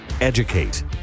Educate